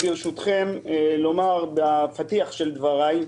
ברשותכם, אני רוצה לומר בפתיח של דבריי,